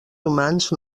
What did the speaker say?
humans